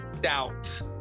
doubt